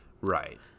Right